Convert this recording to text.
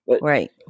Right